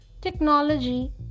Technology